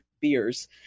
beers